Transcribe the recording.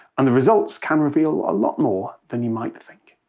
and the results can reveal a lot more than you might think.